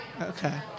Okay